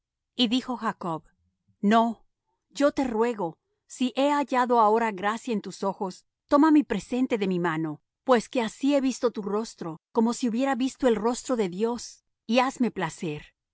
y dijo jacob no yo te ruego si he hallado ahora gracia en tus ojos toma mi presente de mi mano pues que así he visto tu rostro como si hubiera visto el rostro de dios y hazme placer